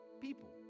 people